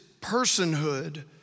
personhood